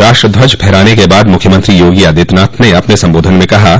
राष्ट्रध्वज फहराने के बाद मुख्यमंत्री योगी आदित्यनाथ ने अपने सम्बोधन में कहा